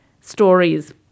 stories